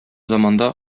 заманда